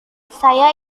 saya